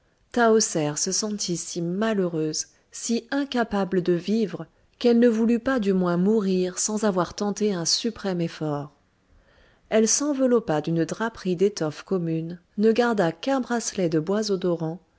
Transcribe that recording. se sentit si malheureuse si incapable de vivre qu'elle ne voulut pas du moins mourir sans avoir tenté un suprême effort elle s'enveloppa d'une draperie d'étoffe commune ne garda qu'un bracelet de bois